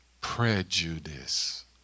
prejudice